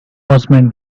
horseman